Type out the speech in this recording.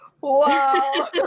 Wow